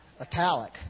italic